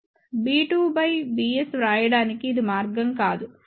b2 by bs వ్రాయడానికి ఇది మార్గం కాదు